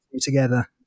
together